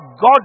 God